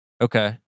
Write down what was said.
Okay